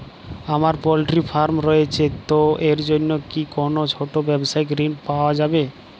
আমার poultry farm রয়েছে তো এর জন্য কি কোনো ছোটো ব্যাবসায়িক ঋণ পাওয়া যাবে?